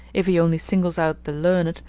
if he only singles out the learned,